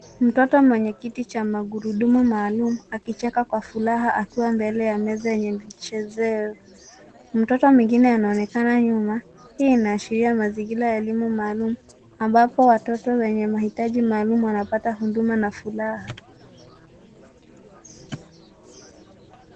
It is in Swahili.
Mtoto mwenye kiti cha magurudumu maalum akicheka kwa furaha akiwa mbele ya meza yenye vichezeo. Mtoto mwingine anaonekana nyuma. Hii inaashiria mazingira ya elimu maalum ambapo watoto wenye mahitaji maalum wanapata huduma na furaha.